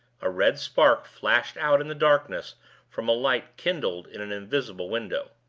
a red spark flashed out in the darkness from a light kindled in an invisible window.